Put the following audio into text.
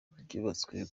ryubatswe